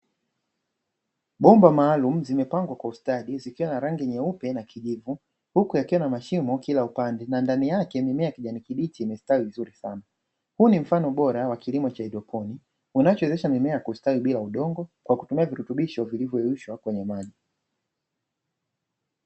Bomba maalumu zimepangwa kwa ustadi zikiwa na rangi nyeupe na kijivu huku yakiwa na mashimo kila upande, na ndani yake mimea kijani kibichi imestawi vizuri sana, huu ni mfano bora wa kilimo cha haidroponi, unachowezesha mimea kustawi bila udongo kwa kutumia virutubisho vilivyoyeyushwa kwenye maji.